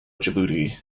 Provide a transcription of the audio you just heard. djibouti